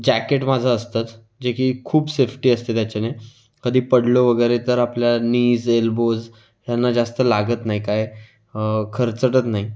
jacket माझं असतंच जे की खूप सेफ्टी असते त्याच्याने कधी पडलो वगैरे तर आपल्या नीज एल्बोज यांना जास्त लागत नाही काही खरचटत नाही